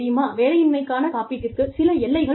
வேலையின்மைக்கான காப்பீட்டிற்கு சில எல்லைகள் உள்ளன